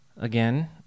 again